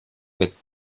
mit